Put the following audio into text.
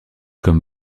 comme